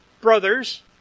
brothers